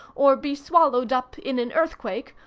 or be swallowed up in an earthquake,